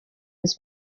his